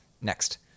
Next